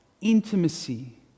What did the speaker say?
intimacy